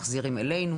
מחזירים אלינו,